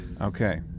Okay